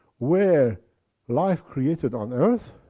where life created on earth,